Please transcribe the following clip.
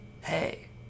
Hey